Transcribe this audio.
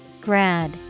grad